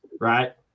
right